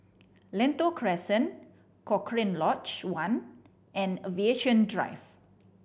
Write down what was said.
Lentor Crescent Cochrane Lodge One and Aviation Drive